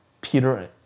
Peter